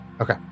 Okay